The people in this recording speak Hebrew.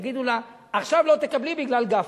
יגידו לה: עכשיו לא תקבלי בגלל גפני.